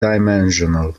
dimensional